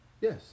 Yes